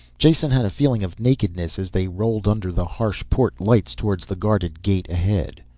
jason had a feeling of nakedness as they rolled under the harsh port lights towards the guarded gate ahead.